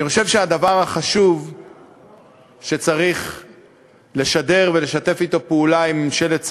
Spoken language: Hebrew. אני חושב שהדבר החשוב שצריך לשדר ולשתף בו פעולה עם ממשלת צרפת,